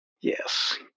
Yes